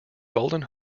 golden